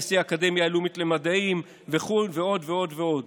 נשיא האקדמיה הלאומית למדעים ועוד ועוד.